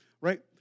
right